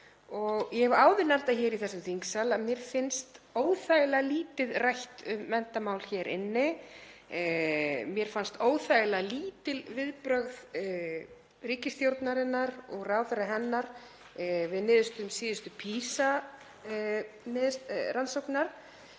ég hef áður nefnt það hér í þessum þingsal að mér finnst óþægilega lítið rætt um menntamál hér inni. Mér fannst óþægilega lítil viðbrögð ríkisstjórnarinnar og ráðherra hennar við niðurstöðum síðustu PISA-rannsóknar.